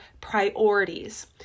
priorities